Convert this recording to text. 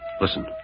Listen